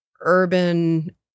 Urban